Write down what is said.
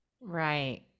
Right